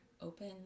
open